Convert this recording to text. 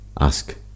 ask